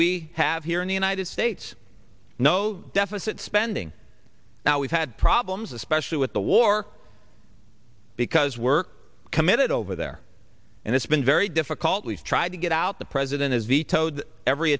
we have here in the united states no deficit spending now we've had problems especially with the war because we're committed over there and it's been very difficult we've tried to get out the president has vetoed every